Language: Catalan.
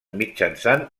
mitjançant